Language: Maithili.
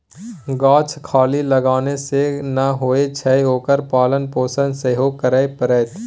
गाछ खाली लगेने सँ नै होए छै ओकर पालन पोषण सेहो करय पड़तै